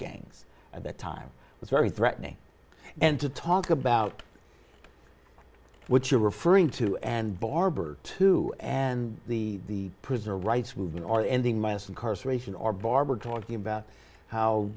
gangs at that time was very threatening and to talk about what you're referring to and barber too and the prisoner rights movement or ending mass incarceration or barber talking about how